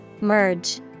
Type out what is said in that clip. Merge